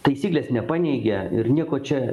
taisyklės nepaneigia ir nieko čia